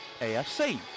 AFC